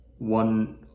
one